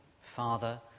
Father